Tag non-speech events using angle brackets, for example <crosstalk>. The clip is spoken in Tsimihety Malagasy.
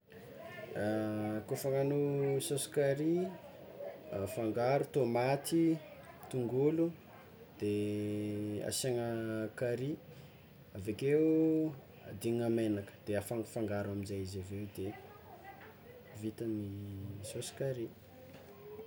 <hesitation> Kôfa hagnagno saosy carry afangaro tômaty, tongolo de asiàgna carry avekeo adignina megnaka de afangafangaro amnjay izy aveo de vita ny saosy carry.